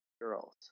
girls